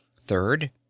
Third